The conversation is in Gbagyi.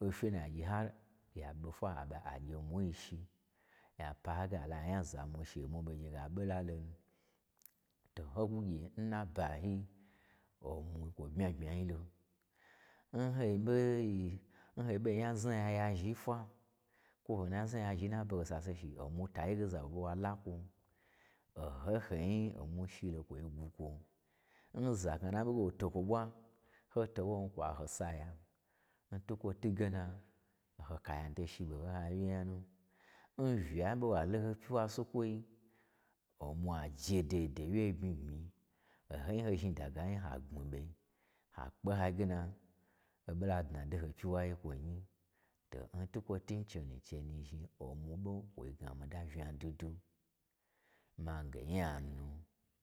Ofye lagyi har ya ɓe fwa aɓe agye mwui shi, ya pa nge aɓola nya zamwu shi, omwu ɓo gye ge a ɓo la lonu. To ho kwu gye n nabayi, omwui kwo bmya bmya yilo. N ho ɓei yi-n ho ɓein nya zna nyai ya zhi nfwa, kwo ho nyazna nyai yazhi n nabaho, ho sase shi, omwui ta yege o za wo ɓe wa la kwon, o ho n ho nyi omwui shito kwo gwu ho, n za ƙnana ha ɓei ɓe wo tokwo ɓwa ho to won, kwa ho saya n twukwo houge na, oho kaya nuto shiɓo n ha wyi nya nu. N uya ɓe wa lo ho pyiwa n sukwoi, omwa je dai dai n wye bmyi bmyi-i ohon ho zhni dagayi nyi ha gbmi ɓe, ha kpen hayi gena, oɓo la dna do n ho pyiwa ye n kwonyi. To n twukwo twu n che nu, che nu zhni omwu ɓo kwo gnamii da unya dwu dwu ma ge nya nu.